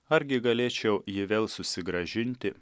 argi galėčiau jį vėl susigrąžinti